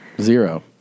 zero